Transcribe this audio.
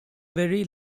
very